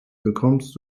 bekommst